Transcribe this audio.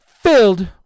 filled